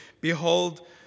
Behold